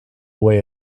way